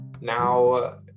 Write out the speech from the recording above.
now